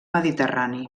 mediterrani